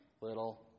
little